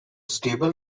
stable